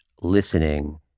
listening